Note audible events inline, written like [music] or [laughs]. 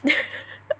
[laughs]